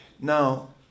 Now